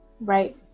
Right